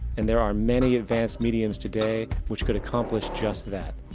and there are many advanced mediums today which could accomplish just that,